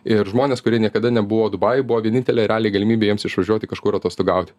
ir žmonės kurie niekada nebuvo dubajuj buvo vienintelė realiai galimybė jiems išvažiuoti kažkur atostogauti